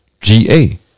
GA